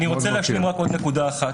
אני רוצה להשלים רק עוד נקודה אחת: